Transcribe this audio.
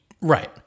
Right